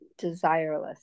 desireless